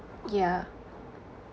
yeah